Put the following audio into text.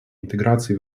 интеграции